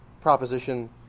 proposition